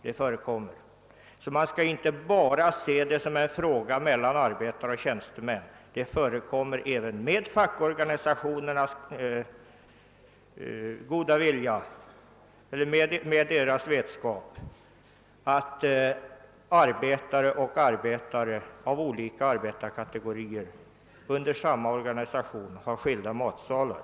Man skall alltså inte bara betrakta detta som en fråga som rör arbetare och tjänstemän, ty med fackorganisationernas vetskap förekommer det således att arbetare av olika kategorier och tillhörande samma organisation har skilda matsalar.